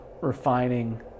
refining